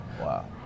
wow